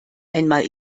einmal